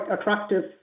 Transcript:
attractive